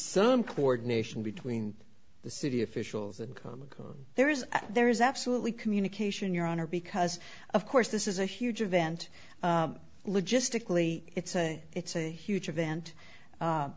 some coordination between the city officials and there is there is absolutely communication your honor because of course this is a huge event logistically it's a it's a huge event